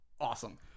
Awesome